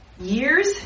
years